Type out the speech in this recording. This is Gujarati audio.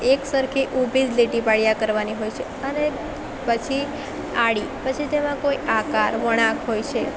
એક સરખી ઉભી જ લીટી પાડયા કરવાની હોય છે અને પછી આડી પછી તેમાં કોઈ આકાર વળાંક હોય છે